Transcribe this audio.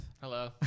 Hello